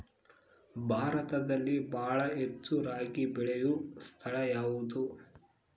ಭಾರತದಲ್ಲಿ ಬಹಳ ಹೆಚ್ಚು ರಾಗಿ ಬೆಳೆಯೋ ಸ್ಥಳ ಯಾವುದು?